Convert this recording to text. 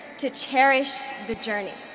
to cherish the journey.